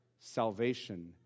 salvation